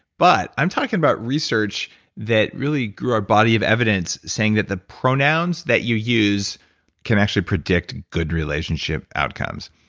but i'm talking about research that really grew our body of evidence saying that the pronouns that you use can actually predict good relationship outcomes.